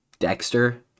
Dexter